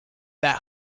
that